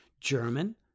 German